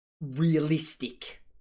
realistic